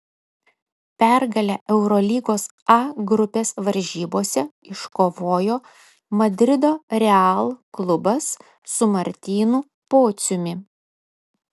pergalę eurolygos a grupės varžybose iškovojo madrido real klubas su martynu pociumi